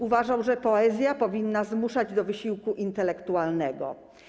Uważał, że poezja powinna zmuszać do wysiłku intelektualnego.